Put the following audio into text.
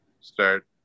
start